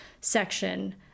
section